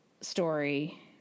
story